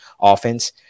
offense